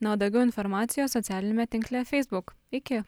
na o daugiau informacijos socialiniame tinkle feisbuk iki